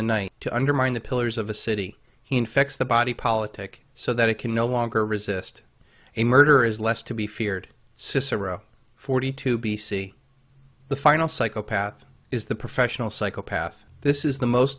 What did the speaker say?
the night to undermine the pillars of the city he infects the body politic so that it can no longer resist a murderer is less to be feared cicero forty two b c the final psychopath is the professional psychopath this is the most